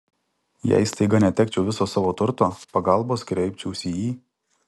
jei staiga netekčiau viso savo turto pagalbos kreipčiausi į